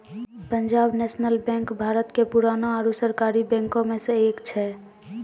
Punjab national bank Bharat के पुराना आरु सरकारी बैंको मे से एक छै